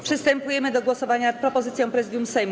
Przystępujemy do głosowania nad propozycją Prezydium Sejmu.